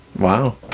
Wow